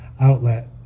outlet